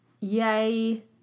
Yay